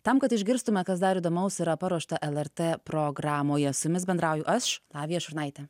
tam kad išgirstume kas dar įdomaus yra paruošta lrt programoje su jumis bendrauju aš lavija šurnaitė